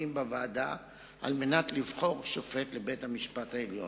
בוועדה על מנת לבחור שופט לבית-המשפט העליון.